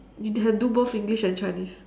we had do both english and chinese